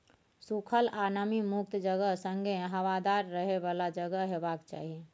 सुखल आ नमी मुक्त जगह संगे हबादार रहय बला जगह हेबाक चाही